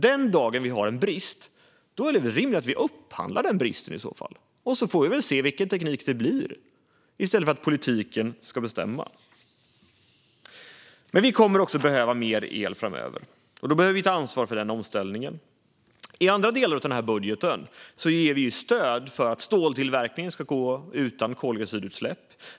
Den dagen vi har en brist är det väl rimligt att vi upphandlar den bristen, och så får vi se vilken teknik det blir i stället för att politiken ska bestämma. Vi kommer också att behöva mer el framöver. Då behöver vi ta ansvar för den omställningen. I andra delar av den här budgeten ger vi stöd för att ståltillverkningen ska gå utan koldioxidutsläpp.